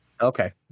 Okay